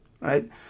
right